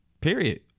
Period